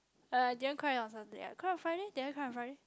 uh I didn't cry on Saturday lah cry on Friday did I cry on Friday